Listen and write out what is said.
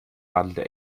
radelte